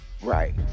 Right